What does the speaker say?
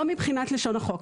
לא מבחינת לשון החוק.